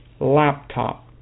laptop